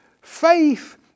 faith